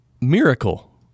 Miracle